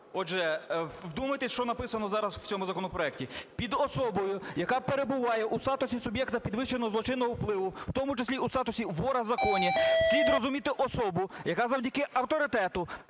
Отже, вдумайтесь, що написано зараз в цьому законопроекті. "Під особою, яка перебуває у статусі суб'єкта підвищеного злочинного впливу, в тому числі у статусі "вора в законі", слід розуміти особу, яка завдяки авторитету,